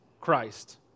Christ